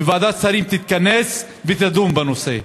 ושוועדת השרים תתכנס ותדון בנושא.